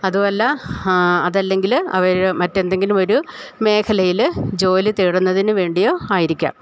അതുവല്ല അതല്ലെങ്കില് അവര് മറ്റെന്തെങ്കിലുമൊരു മേഖലയിൽ ജോലി തേടുന്നതിനുവേണ്ടിയോ ആയിരിക്കാം